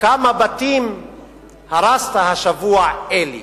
כמה בתים הרסת השבוע, אלי?